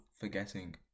forgetting